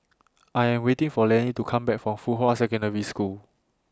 I Am waiting For Lennie to Come Back from Fuhua Secondary School